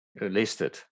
listed